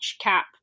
Cap